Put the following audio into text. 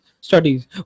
studies